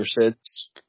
sits